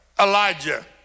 Elijah